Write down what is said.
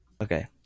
Okay